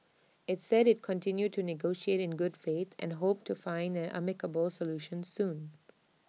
IT said IT continued to negotiate in good faith and hoped to find an amicable solution soon